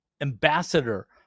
ambassador